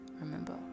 Remember